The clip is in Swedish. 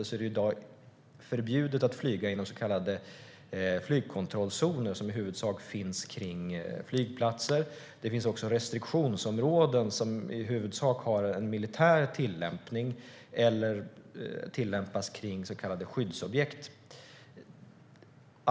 I dag är det förbjudet att flyga inom så kallade flygkontrollzoner som i huvudsak finns kring flygplatser. Det finns också restriktionsområden som i huvudsak har en militär tillämpning eller tillämpas kring så kallade skyddsobjekt.